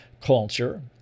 culture